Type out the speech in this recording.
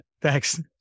Thanks